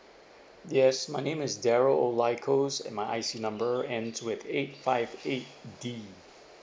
yes my name is darrow o'lykos and my I_C number ends with eight five eight D